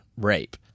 rape